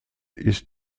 ist